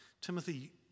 Timothy